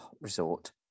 Resort